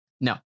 No